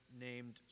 named